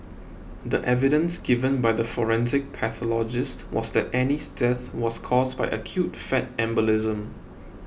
the evidence given by the forensic pathologist was that Annie's death was caused by acute fat embolism